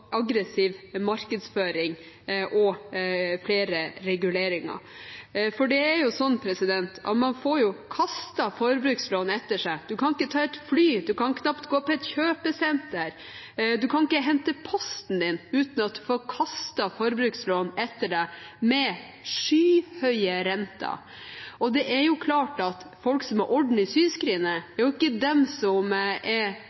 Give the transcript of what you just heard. aggressiv markedsføring og flere reguleringer. For det er jo sånn at man får kastet forbrukslån etter seg. Du kan ikke ta et fly, gå på et kjøpesenter eller hente posten din uten at du får kastet forbrukslån med skyhøye renter etter deg. Det er klart at folk som har orden i sysakene, er